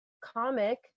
comic